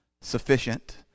sufficient